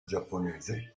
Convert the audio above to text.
giapponese